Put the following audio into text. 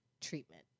treatment